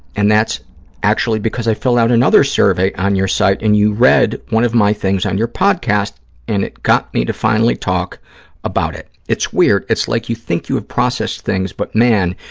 and that's actually because i filled out another survey on your site and you read one of my things on your podcast and it got me to finally talk about it. it's weird. it's like you think you have processed things, but, man,